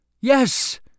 Yes